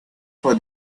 for